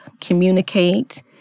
communicate